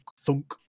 thunk